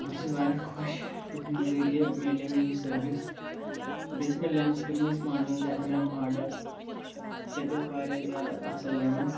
بہٕ چھُس واریاہ خۄش تُہنٛدِ ذٔریعہٕ میٚلے مےٚ یہِ سٔروِس بیٚیہِ ٲس مےٚ لیٚنٕس کٔرمٕژ پانٛژَنٛزاہ ایم ایم آرڈر سۄ تہِ ٲس واریاہ زیادٕ اَصٕل لیٚنٕس